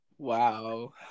Wow